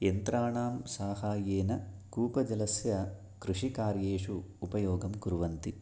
यन्त्राणां साहाय्येन कूपजलस्य कृषिकार्येषु उपयोगं कुर्वन्ति